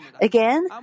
Again